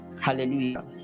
Hallelujah